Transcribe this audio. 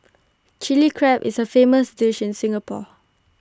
Chilli Crab is A famous dish in Singapore